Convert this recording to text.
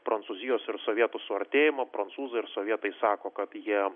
prancūzijos ir sovietų suartėjimą prancūzai ir sovietai sako kad jie